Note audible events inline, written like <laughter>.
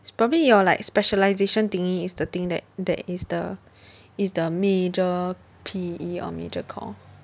it's probably your like specialisation thingy is the thing that that is the <breath> is the major P_E or major core